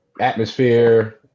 atmosphere